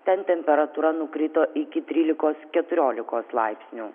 ten temperatūra nukrito iki trylikos keturiolikos laipsnių